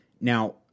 Now